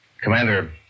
Commander